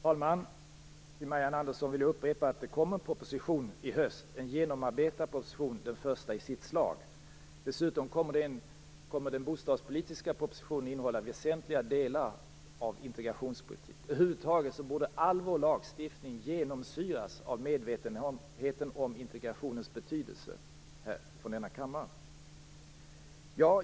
Fru talman! Jag vill upprepa, Marianne Andersson, att det kommer en genomarbetad proposition i höst - den första i sitt slag. Dessutom kommer den bostadspolitiska propositionen att innehålla väsentliga delar integrationspolitik. Över huvud taget borde all vår lagstiftning som beslutas i denna kammare genomsyras av medvetenheten om betydelsen av integration.